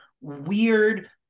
weird